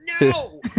No